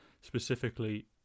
specifically